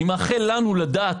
אני מאחל לנו לדעת,